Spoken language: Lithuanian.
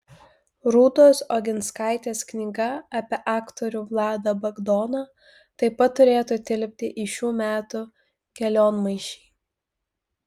rūtos oginskaitės knyga apie aktorių vladą bagdoną taip pat turėtų tilpti į šių metų kelionmaišį